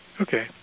Okay